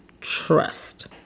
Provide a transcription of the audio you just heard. trust